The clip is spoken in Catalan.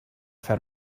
fer